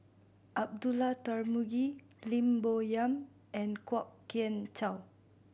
Abdullah Tarmugi Lim Bo Yam and Kwok Kian Chow